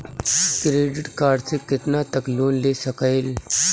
Credit card से कितना तक लोन ले सकईल?